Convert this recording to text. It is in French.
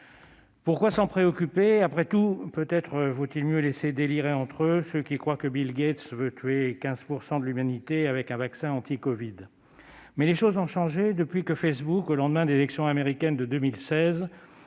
Pourquoi s'en préoccuper ? Après tout, peut-être vaut-il mieux laisser délirer entre eux ceux qui croient que Bill Gates veut tuer 15 % de l'humanité avec un vaccin contre la covid ... Mais les choses ont changé depuis que Facebook, au lendemain de l'élection américaine de 2016,